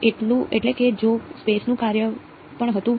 એટલે કે જો સ્પેસ નું કાર્ય પણ હતું